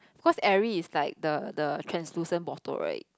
because Airy is like the the translucent bottle right